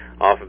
off